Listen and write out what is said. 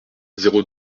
zéro